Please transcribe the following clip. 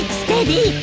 steady